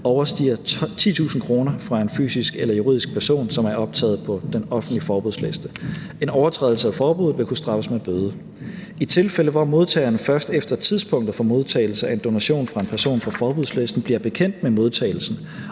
overstiger 10.000 kr. fra en fysisk eller juridisk person, som er optaget på den offentlige forbudsliste. En overtrædelse af forbuddet vil kunne straffes med bøde. Kl. 15:42 I tilfælde, hvor modtageren først efter tidspunktet for modtagelse af en donation fra en person på forbudslisten bliver bekendt med modtagelsen,